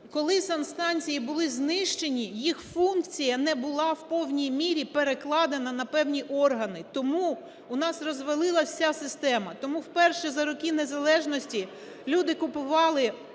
Коли санстанції були знищені їх функція не була в повній мірі перекладена на певні органи. Тому у нас розвалилась вся система. Тому вперше за роки незалежності люди купували